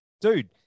dude